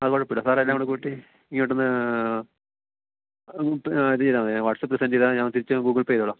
അതു കുഴപ്പമില്ല സാറെല്ലാംകൂടെ കൂട്ടി ഇങ്ങോട്ടൊന്ന് ഇത് ചെയ്താല് മതി വാട്സാപ്പിൽ സെൻഡെയ്താല് ഞാന് തിരിച്ച് ഗൂഗിൾ പേ ചെയ്തോളാം